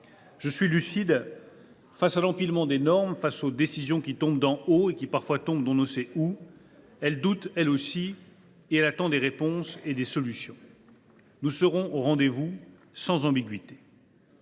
Je suis lucide face à l’empilement des normes et face aux décisions qui tombent d’en haut et parfois d’on ne sait où. Les agriculteurs doutent eux aussi et attendent des réponses et des solutions. Nous serons au rendez vous, sans ambiguïté.